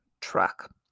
truck